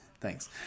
Thanks